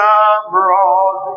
abroad